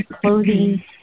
clothing